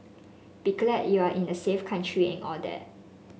be glad you are in a safe country and all that